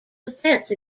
defense